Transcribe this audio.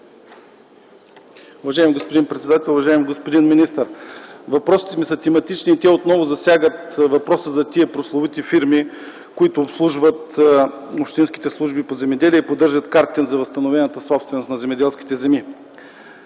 Уважаеми господин председател, уважаеми господин министър! Въпросите ми са тематични и отново засягат въпроса за прословутите фирми, които обслужват общинските служби по земеделие и поддържат картите за възстановената собственост на земеделските земи.